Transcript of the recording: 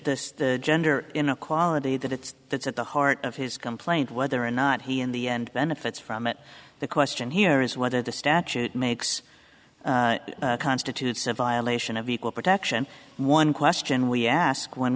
of the gender inequality that it's that's at the heart of his complaint whether or not he in the end benefits from it the question here is whether the statute makes constitutes a violation of equal protection one question we ask when